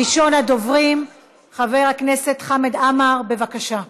ראשון הדוברים, חבר הכנסת חמד עמאר, בבקשה.